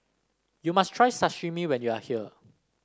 you must try Sashimi when you are here